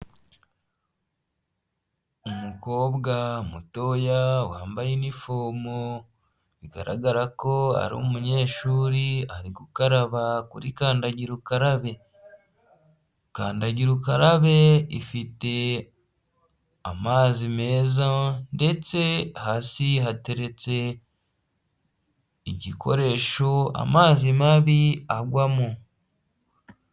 Umukobwa mutoya wambaye inifomo bigaragara ko ari umunyeshuri ari gukaraba kuri kandagira, ukarabekandagira ukarabe ifite amazi meza ndetse hasi hateretse igikoresho amazi mabi agwamo.